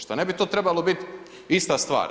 Šta ne bi to trebalo bit ista stvar?